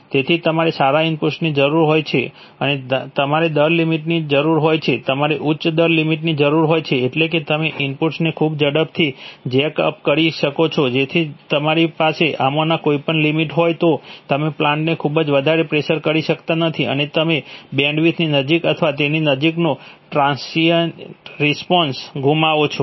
તેથી તમારે સારા ઇનપુટની જરૂર હોય છે અને તમારે દર લિમિટની જરૂર હોય છે તમારે ઉચ્ચ દર લિમિટની જરૂર હોય છે એટલે કે તમે ઇનપુટને ખૂબ જ ઝડપથી જેક અપ કરી શકો છો તેથી જો તમારી પાસે આમાંની કોઈપણ લિમિટ હોય તો તમે પ્લાન્ટને ખબજ વધારે પ્રેશર કરી શકતા નથી અને તમે બેન્ડવિડ્થની નજીક અથવા તેની નજીકનો ઇન્ટ્રાન્સિએન્ટ રિસ્પોન્સ ગુમાવો છો